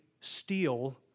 steal